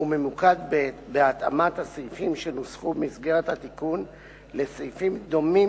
וממוקד בהתאמת הסעיפים שנוסחו במסגרת התיקון לסעיפים דומים,